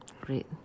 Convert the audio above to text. Great